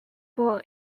born